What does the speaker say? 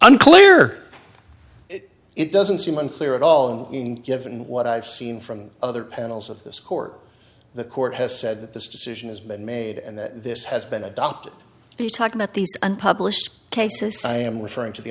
unclear it doesn't seem unclear at all given what i've seen from other panels of this court the court has said that this decision has been made and that this has been adopted you talk about these unpublished cases i am referring to